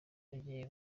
bagiye